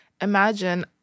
imagine